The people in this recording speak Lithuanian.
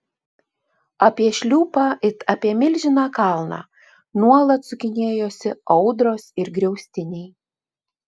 apie šliūpą it apie milžiną kalną nuolat sukinėjosi audros ir griaustiniai